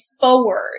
forward